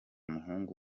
muhungu